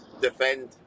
defend